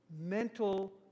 mental